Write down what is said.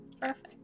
Perfect